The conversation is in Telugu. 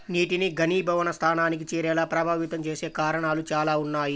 నీటిని ఘనీభవన స్థానానికి చేరేలా ప్రభావితం చేసే కారణాలు చాలా ఉన్నాయి